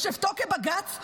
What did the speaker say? בשבתו כבג"ץ,